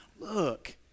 Look